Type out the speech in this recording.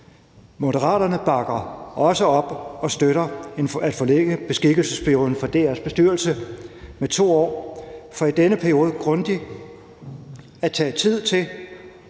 Moderaterne bakker også op og støtter at forlænge beskikkelsesperioden for DR's bestyrelse med 2 år for i denne periode grundigt at få tid til